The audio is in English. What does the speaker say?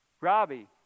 Robbie